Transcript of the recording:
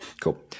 Cool